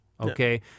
Okay